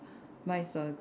mine is the